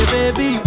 Baby